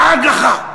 רעד לך.